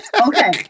Okay